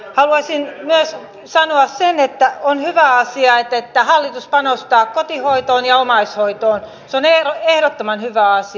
haluaisin myös sanoa sen että on hyvä asia että hallitus panostaa kotihoitoon ja omaishoitoon se on ehdottoman hyvä asia